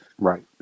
Right